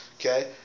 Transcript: okay